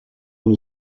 dans